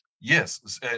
Yes